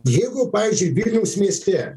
jeigu pavyzdžiui vilniaus mieste